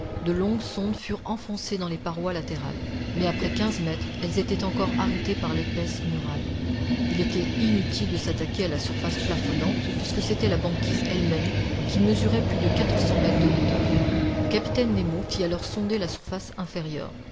de longues sondes furent enfoncées dans les parois latérales mais après quinze mètres elles étaient encore arrêtées par l'épaisse muraille il était inutile de s'attaquer à la surface plafonnante puisque c'était la banquise elle-même qui mesurait plus de quatre cents mètres de hauteur le capitaine nemo fit alors sonder la surface inférieure